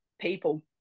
people